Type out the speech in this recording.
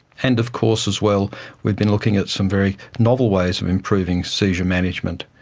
and of course as well we've been looking at some very novel ways of improving seizure management,